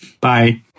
Bye